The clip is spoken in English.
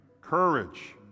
courage